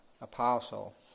apostle